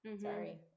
Sorry